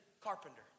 carpenter